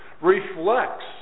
reflects